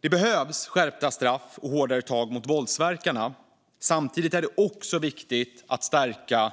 Det behövs skärpta straff och hårdare tag mot våldsverkarna. Samtidigt är det också viktigt att stärka